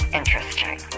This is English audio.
interesting